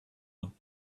one